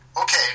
okay